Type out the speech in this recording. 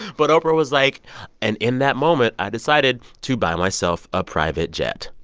but oprah was like and in that moment, i decided to buy myself a private jet.